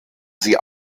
sie